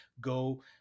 go